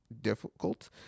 difficult